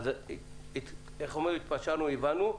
אז התפשרנו, הבנו.